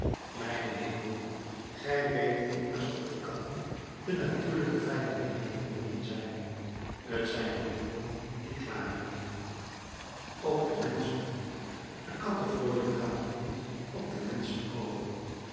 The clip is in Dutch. mijn hemel gij weet immers dat de katten de natuurlijke vijandinnen der honden zijn t zijn de honden die klagen ook de menschen de kattenvlooien gaan toch niet op de menschen over